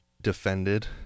defended